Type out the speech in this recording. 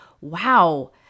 wow